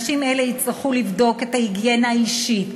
אנשים אלה יצטרכו לבדוק את ההיגיינה האישית,